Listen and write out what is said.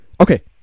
okay